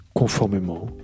conformément